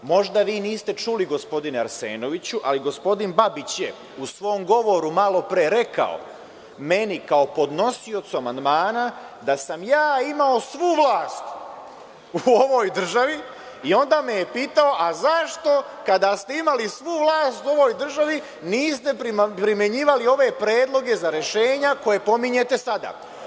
Možda vi niste čuli, gospodine Arsenoviću, ali gospodin Babić je u svom govoru malopre rekao meni, kao podnosiocu amandmana, da sam ja imao svu vlast u ovoj državi i onda me je pitao – a zašto kada ste imali svu vlast u ovoj državi niste primenjivali ove predloge za rešenja koje pominjete sada?